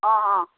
অ' অ'